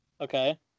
okay